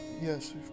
Yes